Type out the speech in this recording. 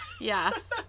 Yes